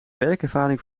werkervaring